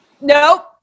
Nope